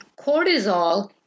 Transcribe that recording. cortisol